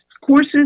courses